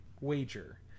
wager